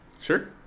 sure